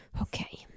okay